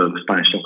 Spanish